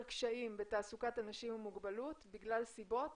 קשיים בתעסוקת אנשים עם מוגבלות בגלל סיבות